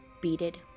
beaded